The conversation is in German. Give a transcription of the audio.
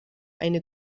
eine